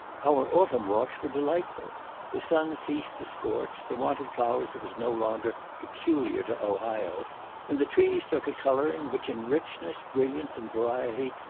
our autumn walks were delightful the sun ceased to scorch the want of flowers was no longer peculiar to ohio and the trees took a colouring, which in richness, brilliance, and variety,